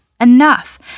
Enough